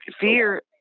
fear